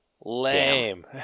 Lame